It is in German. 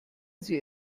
sie